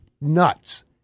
Nuts